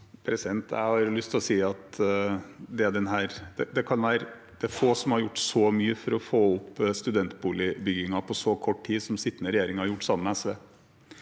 Jeg har lyst til å si at det er få som har gjort så mye for å opp student boligbyggingen på så kort tid som sittende regjering har gjort, sammen med SV.